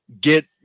get